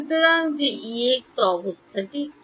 সুতরাং যে Ex অবস্থান কি